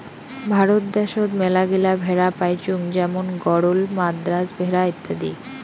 ভারত দ্যাশোত মেলাগিলা ভেড়া পাইচুঙ যেমন গরল, মাদ্রাজ ভেড়া ইত্যাদি